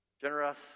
Generous